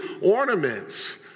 ornaments